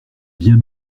bien